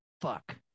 fuck